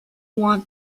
want